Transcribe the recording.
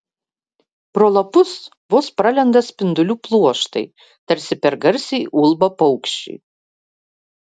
pro lapus vos pralenda spindulių pluoštai tarsi per garsiai ulba paukščiai